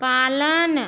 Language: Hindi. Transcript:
पालन